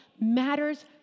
matters